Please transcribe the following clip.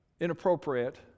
inappropriate